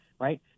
right